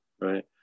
right